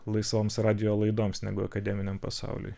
laisvoms radijo laidoms negu akademiniam pasauliui